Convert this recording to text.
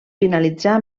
finalitzà